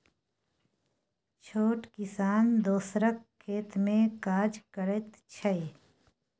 छोट किसान दोसरक खेत मे काज करैत छै